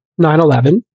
911